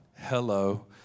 Hello